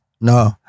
no